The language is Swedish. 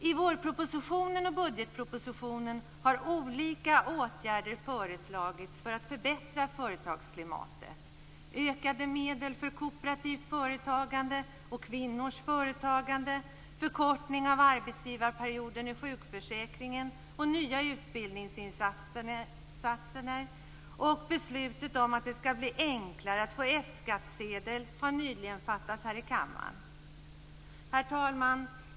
I vårpropositionen och budgetpropositionen har olika åtgärder föreslagits för att förbättra företagsklimatet, t.ex. ökade medel för kooperativt företagande och kvinnors företagande, förkortning av arbetsgivarperioden i sjukförsäkringen och nya utbildningssatsningar, och beslutet om att det skall bli enklare att få F-skattsedel har nyligen fattats här i kammaren. Herr talman!